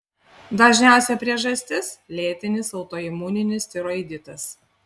dažniausia priežastis lėtinis autoimuninis tiroiditas